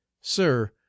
sir